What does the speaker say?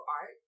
art